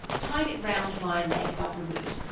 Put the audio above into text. tied it round my leg above the wound,